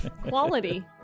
quality